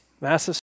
Massive